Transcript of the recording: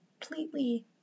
completely